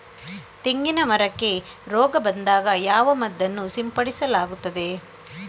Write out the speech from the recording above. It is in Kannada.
ತೆಂಗಿನ ಮರಕ್ಕೆ ರೋಗ ಬಂದಾಗ ಯಾವ ಮದ್ದನ್ನು ಸಿಂಪಡಿಸಲಾಗುತ್ತದೆ?